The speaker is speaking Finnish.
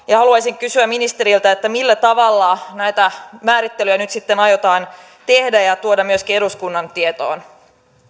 ja haluaisin kysyä ministeriltä millä tavalla näitä määrittelyjä nyt sitten aiotaan tehdä ja tuoda myöskin eduskunnan tietoon